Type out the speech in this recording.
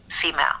female